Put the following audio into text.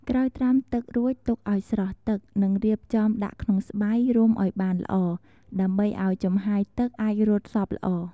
ក្រោយត្រាំទឹករួចទុកឱ្យស្រស់ទឹក និងរៀបចំដាក់ក្នុងស្បៃ រុំឱ្យបានល្អ ដើម្បីឱ្យចំហាយទឹកអាចរត់សព្វល្អ។